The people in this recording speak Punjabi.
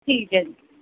ਠੀਕ ਹੈ ਜੀ